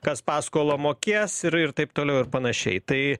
kas paskolą mokės ir ir taip toliau ir panašiai tai